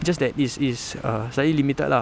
just that it's it's err slightly limited lah